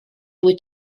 wyt